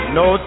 no